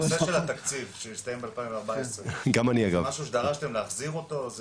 הנושא של התקציב שהסתיים ב-2014 זה משהו שדרשתם להחזיר אותו?